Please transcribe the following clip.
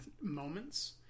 moments